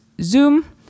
Zoom